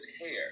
hair